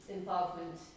Involvement